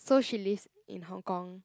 so she lives in Hong Kong